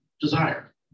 desire